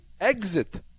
exit